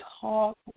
talk